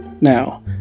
Now